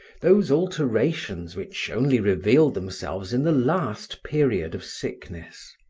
those alterations which only reveal themselves in the last period of sickness.